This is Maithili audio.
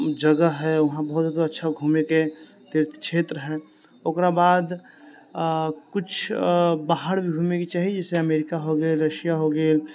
जगह हय उहाँ बहुत जादा अच्छा घुमे के तीर्थ क्षेत्र हय ओकरा बाद कुछ बाहर भी घुमे के चाही जैसे अमेरिका हो गेल रसिया हो गेल